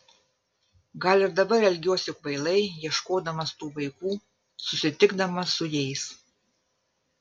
gal ir dabar elgiuosi kvailai ieškodamas tų vaikų susitikdamas su jais